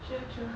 true true